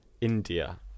India